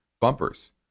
bumpers